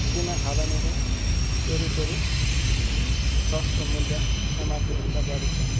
किन habanero peri peri ससको मूल्य एमआरपी भन्दा बढी छ